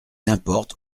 importe